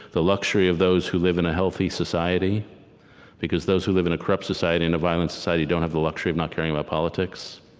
the luxury of those who live in a healthy society because those who live in a corrupt society and a violent society don't have the luxury of not caring about politics.